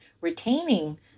retaining